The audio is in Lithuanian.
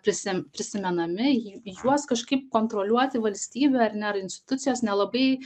prisi prisimenami juos kažkaip kontroliuoti valstybė ar ne ar institucijos nelabai